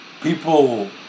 People